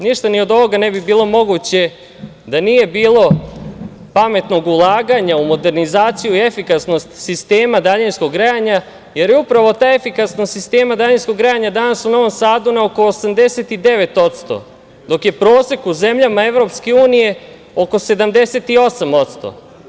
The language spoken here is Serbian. Ništa ni od ovoga ne bi bilo moguće da nije bilo pametnog ulaganja u modernizaciju efikasnosti sistema daljinskog grejanja, jer je upravo ta efikasnost sistema daljinskog grejanja danas u Novom Sadu na oko 89%, dok je prosek u zemljama EU oko 78%